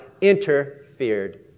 interfered